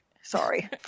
Sorry